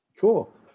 Cool